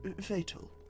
fatal